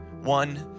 One